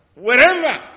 wherever